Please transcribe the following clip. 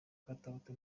katauti